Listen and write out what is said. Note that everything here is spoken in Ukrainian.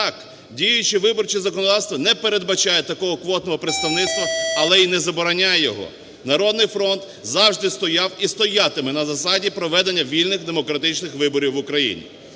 Так, діюче виборче законодавство не передбачає такого квотного представництва, але і не забороняє його. "Народний фронт" завжди стояв і стоятиме на засаді проведення вільних демократичних виборів в Україні.